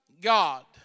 God